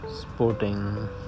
Sporting